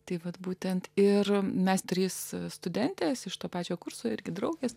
tai vat būtent ir mes trys studentės iš to pačio kurso irgi draugės